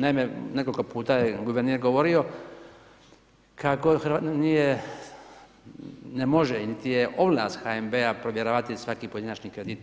Naime, nekoliko puta je guverner govorio, ne može niti je ovlast HNB-a provjeravati svaki pojedinačni kredit